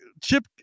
Chip